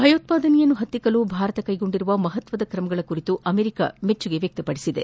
ಭಯೋತ್ವಾದನೆ ಹತ್ತಿಕ್ಕಲು ಭಾರತ ಕೈಗೊಂಡಿರುವ ಮಹತ್ವದ ಕ್ರಮಗಳ ಕುರಿತು ಅಮೆರಿಕ ಮೆಚ್ಚುಗೆ ವ್ಯಕ್ತಪಡಿಸಿದೆ